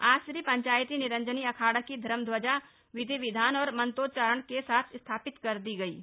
आज श्री पंचायती निरंजनी अखाड़ा की धर्म ध्वजा विधि विधान और मंत्रोच्चारण के साथ स्थापित कर दी गई है